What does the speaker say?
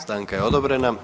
Stanka je odobrena.